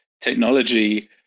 technology